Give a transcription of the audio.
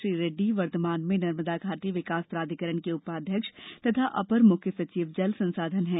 श्री रेड़डी वर्तमान में नर्मदा घाटी विकास प्राधिकरण के उपाध्यक्ष तथा अपर मुख्य सचिव जल संसाधन है